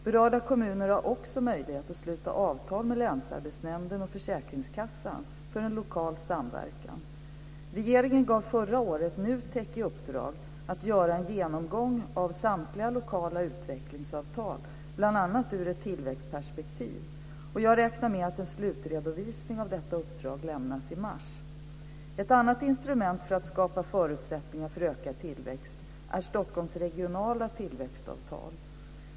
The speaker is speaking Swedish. Berörda kommuner har också möjlighet att sluta avtal med länsarbetsnämnden och försäkringskassan för en lokal samverkan. Regeringen gav förra året NUTEK i uppdrag att göra en genomgång av samtliga lokala utvecklingsavtal bl.a. ur ett tillväxtperspektiv. Jag räknar med att en slutredovisning av detta uppdrag lämnas i mars. Ett annat instrument för att skapa förutsättningar för ökad tillväxt är Stockholms regionala tillväxtavtal.